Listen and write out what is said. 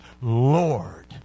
Lord